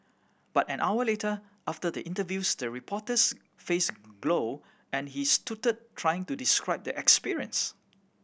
but an hour later after the interviews the reporter's face glow and he stuttered trying to describe the experience